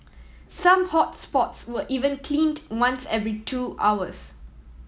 some hot spots were even cleaned once every two hours